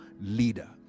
leader